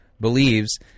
believes